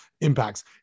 impacts